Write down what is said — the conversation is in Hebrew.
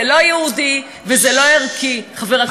זה לא יהודי וזה לא ערכי, חבר הכנסת גפני.